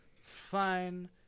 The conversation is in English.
fine